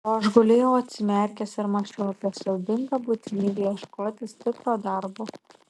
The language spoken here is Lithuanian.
o aš gulėjau atsimerkęs ir mąsčiau apie siaubingą būtinybę ieškotis tikro darbo